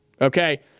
Okay